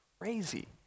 crazy